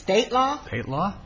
state law law